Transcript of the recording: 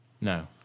No